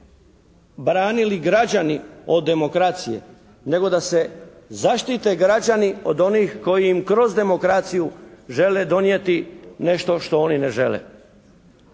branili građani od demokracije nego da se zaštite građani od onih koji im kroz demokraciju žele donijeti nešto što oni ne žele.